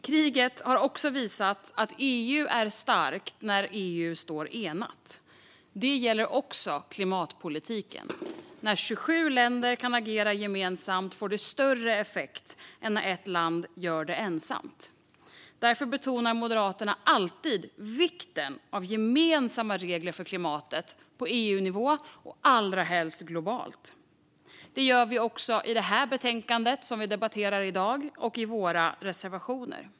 Kriget har också visat att EU är starkt när EU står enat. Det gäller också klimatpolitiken. När 27 länder kan agera gemensamt får det större effekt än när ett land gör det ensamt. Därför betonar vi i Moderaterna alltid vikten av gemensamma regler för klimatet på EU-nivå och allra helst globalt. Det gör vi också i det betänkande som debatteras i dag och i våra reservationer.